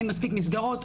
אין מספיק מסגרות,